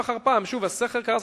סליחה,